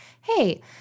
Hey